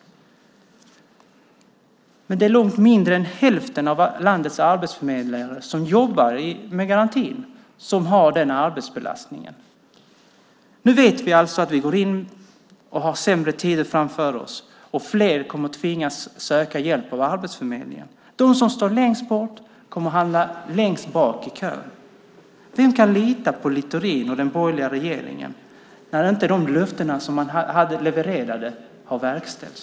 Men långt mindre än hälften av de av landets arbetsförmedlingar som jobbar med garantin har den arbetsbelastningen. Nu vet vi alltså att vi har sämre tider framför oss. Fler kommer att tvingas söka hjälp av Arbetsförmedlingen. De som står längst bort kommer att hamna längst bak i kön. Vem kan lita på Littorin och den borgerliga regeringen när de löften man gav inte har verkställts?